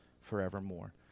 forevermore